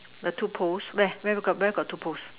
the two poles where where got where got two poles